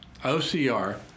OCR